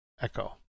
Echo